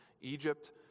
Egypt